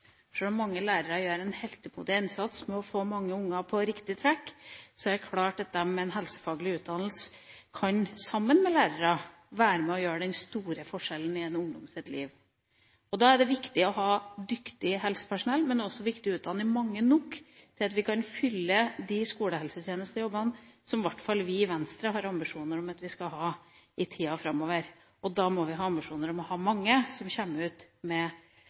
om mange lærere gjør en heltemodig innsats for å få mange unger på riktig «track», er det klart at de med en helsefaglig utdannelse – sammen med lærerne – kan være med på å utgjøre den store forskjellen i en ungdoms liv. Da er det viktig å ha dyktig helsepersonell, men det også viktig å utdanne mange nok til at vi kan fylle de skolehelsetjenestejobbene som hvert fall vi i Venstre har ambisjoner om at vi skal ha i tida framover. Da må vi ha ambisjoner om å ha mange som kommer ut med